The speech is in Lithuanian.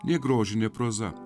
nei grožinė proza